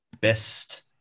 best